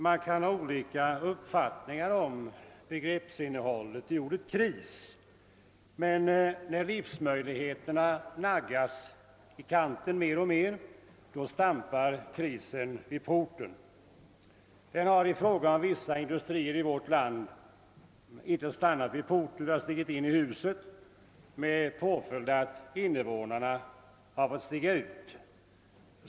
Man kan ha olika uppfattningar om begreppsinnehållet i ordet kris, men när livsmöjligheterna naggas i kanten mer och mer, då stampar krisen vid porten. Den har i fråga om vissa industrier i vårt land inte stannat vid porten utan stigit in i huset med påföljd att invånarna har fått gå ut.